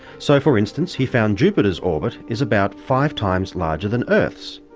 so, for instance, he found jupiter's orbit is about five times larger than earth's.